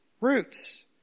Roots